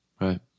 Right